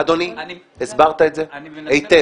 אדוני, הסברת את זה היטב.